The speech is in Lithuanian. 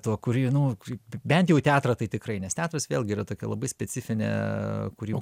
tuo kur į nu bent jau teatrą tai tikrai nes teatras vėlgi yra tokia labai specifinė kuri